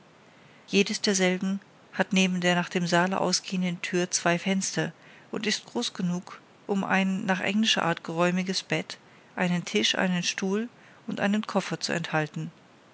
jedes derselben hat neben der nach dem saale ausgehenden tür zwei fenster und ist groß genug um ein nach englischer art geräumiges bett einen tisch einen stuhl und einen koffer zu enthalten